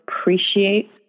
appreciate